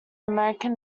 american